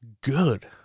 good